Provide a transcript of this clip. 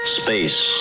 space